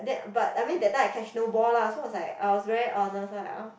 then but I mean that time I catch no ball lah so was like I was very honest um